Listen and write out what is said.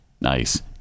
Nice